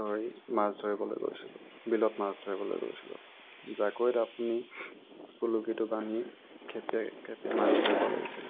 লৈ মাছ ধৰিবলৈ গৈছিলোঁ বিলত মাছ ধৰিবলৈ গৈছিলোঁ জাকৈত আপুনি খুলুকীটো দাঙি খেপিয়াই খেপিয়াই মাছ ধৰিব লাগিছিল